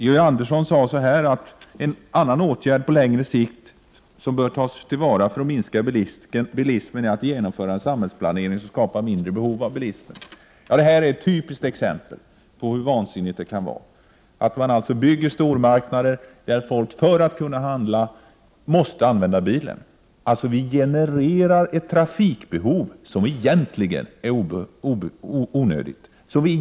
Georg Andersson sade så här: ”En annan åtgärd på längre sikt som bör tas till vara” — för att minska bilismen — ”är att genomföra samhällsplanering som skapar mindre behov av bilismen.” Det som tas upp i denna interpellation är ett typiskt exempel på hur vansinnigt det kan vara att man bygger stormarknader dit folk måste åka bil för att kunna handla. Vi genererar ett trafikbehov som egentligen är onödigt.